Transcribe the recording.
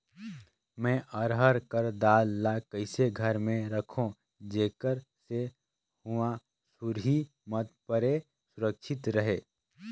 मैं अरहर कर दाल ला कइसे घर मे रखों जेकर से हुंआ सुरही मत परे सुरक्षित रहे?